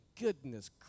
goodness